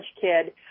kid